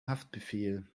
haftbefehl